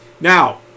Now